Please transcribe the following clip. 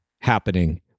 happening